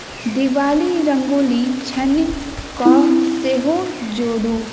दिवाली रङ्गोली छन्नी कऽ सेहो जोड़ू